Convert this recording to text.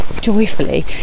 joyfully